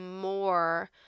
more